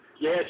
Yes